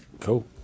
Cool